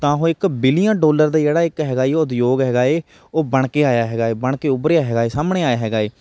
ਤਾਂ ਉਹ ਇੱਕ ਬਿਲੀਅਨ ਡੌਲਰ ਦੇ ਜਿਹੜਾ ਇੱਕ ਹੈਗਾ ਉਹ ਉਦਯੋਗ ਹੈਗਾ ਹੈ ਉਹ ਬਣ ਕੇ ਆਇਆ ਹੈਗਾ ਬਣ ਕੇ ਉੱਭਰਿਆ ਹੈਗਾ ਹੈ ਸਾਹਮਣੇ ਆਇਆ ਹੈਗਾ ਹੈ